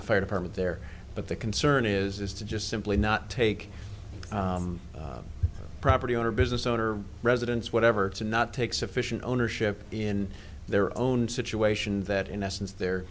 the fire department there but the concern is is to just simply not take property owner business owner residents whatever to not take sufficient ownership in their own situation that in essence they're